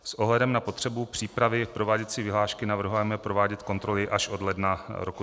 S ohledem na potřebu přípravy prováděcí vyhlášky navrhujeme provádět kontroly až od ledna roku 2020.